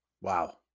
Wow